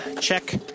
Check